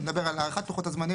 שמדבר על הערכת לוחות הזמנים,